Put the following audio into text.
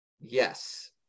Yes